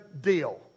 deal